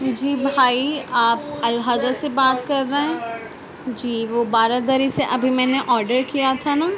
جی بھائی آپ الھدیٰ سے بات کر رہے ہیں جی وہ بارہ دری سے ابھی میں نے آرڈر کیا تھا نہ